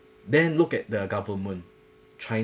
then look at the government china